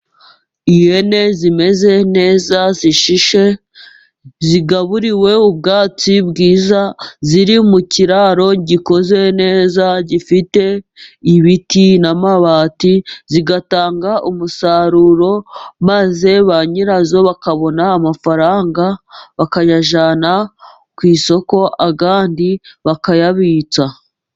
Ihene zimeze neza zishishe, zigaburiwe ubwatsi bwiza, ziri mu kiraro gikoze neza, gifite ibiti n'amabati, zigatanga umusaruro maze ba nyirazo bakabona amafaranga, bakayajyana ku isoko ayandi bakayabitsa.